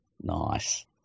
Nice